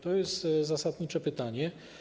To jest zasadnicze pytanie.